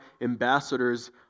ambassadors